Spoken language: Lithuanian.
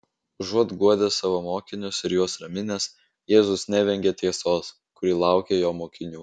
užuot guodęs savo mokinius ir juos raminęs jėzus nevengia tiesos kuri laukia jo mokinių